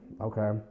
Okay